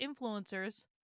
influencers